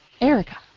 Erica